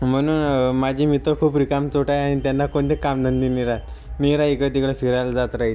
म्हणून माझे मित्र खूप रिकामचोट आहे त्यांना न् त्यांना कोणते कामधंदे नाही राहत मिरा इकडे तिकडे फिरायला जात रायते